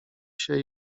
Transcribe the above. się